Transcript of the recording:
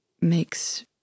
makes